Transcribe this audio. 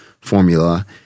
formula